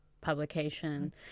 publication